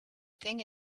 thing